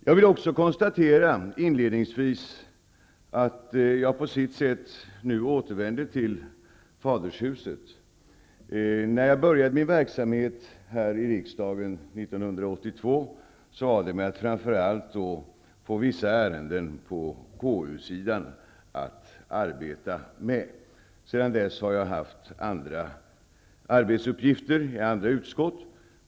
Inledningsvis konstaterar jag också att jag nu liksom återvänder till fadershuset. När jag 1982 började min verksamhet här i riksdagen var det framför allt vissa ärenden på KU-sidan som jag hade att arbeta med. Sedan dess har jag haft andra arbetsuppgifter i andra utskott.